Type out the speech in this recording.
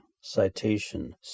citation